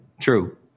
True